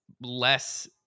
less